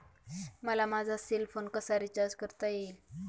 मला माझा cell phone कसा रिचार्ज करता येईल?